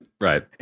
Right